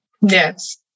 Yes